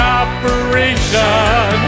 operation